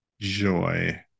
joy